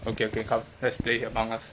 okay okay come let's play among us